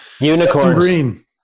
Unicorn